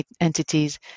entities